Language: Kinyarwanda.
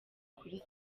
kuri